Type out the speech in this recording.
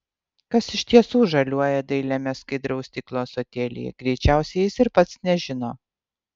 kas iš tiesų žaliuoja dailiame skaidraus stiklo ąsotėlyje greičiausiai jis ir pats nežino